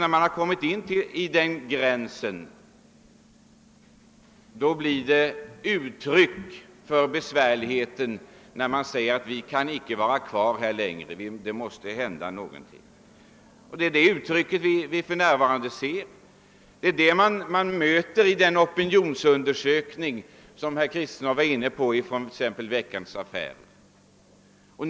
När man har kommit till den gränsen ger man uttryck för hur man upplever svårigheterna genom att säga: Vi kan icke vara kvar här längre. Det måste hända någonting. Det är uttryck av den karaktären man möter i den opinionsundersökning i Veckans Affärer, som herr Kristenson var inne på.